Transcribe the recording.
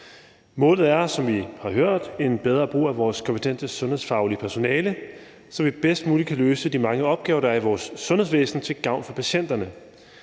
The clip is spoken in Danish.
Målet er, som vi har hørt, en bedre brug af vores kompetente sundhedsfaglige personale, så vi bedst muligt kan løse de mange opgaver, der er i vores sundhedsvæsen, til gavn for patienterne.